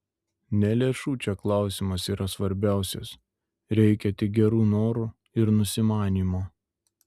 ne lėšų čia klausimas yra svarbiausias reikia tik gerų norų ir nusimanymo